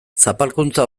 zapalkuntza